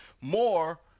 more